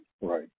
right